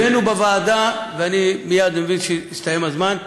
הבאנו בוועדה, אני מבין שמסתיים הזמן,